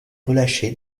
relâché